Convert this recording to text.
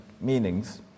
meanings